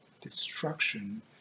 destruction